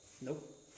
Nope